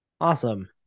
awesome